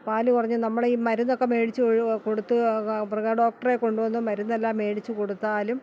പാൽ കുറഞ്ഞ് നമ്മളീ ഈ മരുന്നൊക്കെ മേടിച്ച് കൊടുത്ത് മൃഗഡോക്ടറെ കൊണ്ട് വന്ന് മരുന്നെല്ലാം മേടിച്ച് കൊടുത്താലും